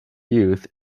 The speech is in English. youth